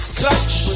Scratch